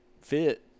fit